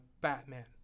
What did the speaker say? Batman